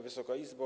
Wysoka Izbo!